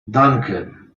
danke